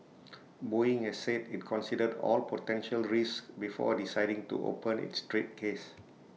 boeing has said IT considered all potential risks before deciding to open its trade case